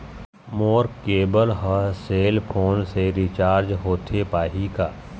मोर केबल हर cell phone से रिचार्ज होथे पाही का?